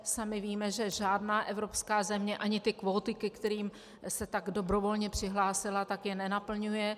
Sami víme, že žádná evropská země ani ty kvóty, ke kterým se tak dobrovolně přihlásila, nenaplňuje.